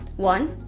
one,